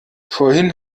vorhin